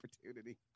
opportunity